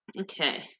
Okay